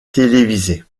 télévisées